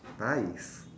nice